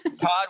Todd